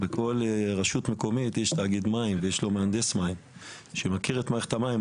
בכל רשות מקומית יש תאגיד מים ויש לו מהנדס מים שמכיר את מערכת המים,